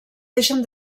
deixen